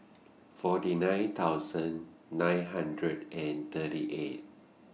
forty nine thousand nine hundred and thirty eight